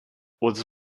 was